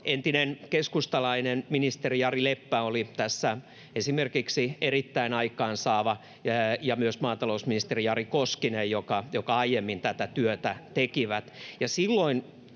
entinen keskustalainen ministeri Jari Leppä oli tässä erittäin aikaansaava ja myös maatalousministeri Jari Koskinen, jotka aiemmin tätä työtä tekivät.